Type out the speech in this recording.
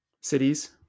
cities